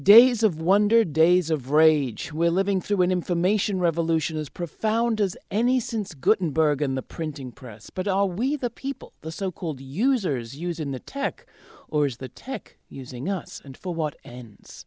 days of wonder days of rage we're living through an information revolution as profound as any since good in bergen the printing press but are we the people the so called users using the tech or is the tech using us and for what